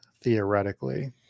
theoretically